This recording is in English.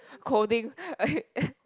colding